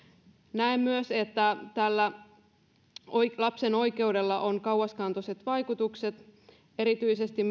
näen myös että tällä lapsen oikeudella on kauaskantoiset vaikutukset erityisesti